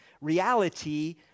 reality